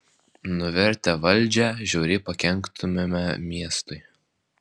nuvertę valdžią žiauriai pakenktumėme miestui